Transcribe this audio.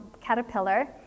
caterpillar